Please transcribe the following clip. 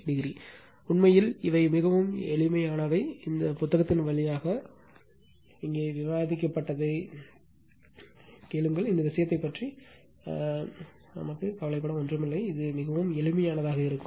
43o உண்மையில் இந்த இவை மிகவும் எளிமையானவை இந்த புத்தகத்தின் வழியாகச் சென்று இங்கே விவாதிக்கப்பட்டதைக் கேளுங்கள் இந்த விஷயத்தைப் பற்றி கவலைப்பட ஒன்றுமில்லை இது மிகவும் எளிமையானதாக இருக்கும்